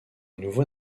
nouveau